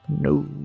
No